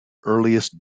earliest